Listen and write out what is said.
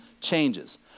changes